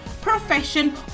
profession